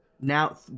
now